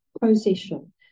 possession